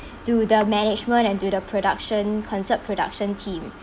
to the management and do the production concert production team